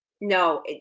no